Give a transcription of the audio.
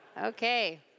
Okay